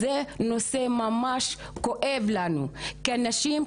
זה נושא ממש כואב לנו כנשים,